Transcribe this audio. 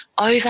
over